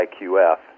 IQF